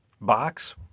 box